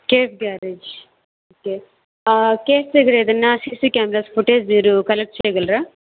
cafe garage okay ఆ cafe దగ్గిర ఏదన్న సీసీ కెమెరాస్ ఫుటేజ్ మీరు కలెక్ట్ చేయగలరా